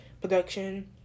production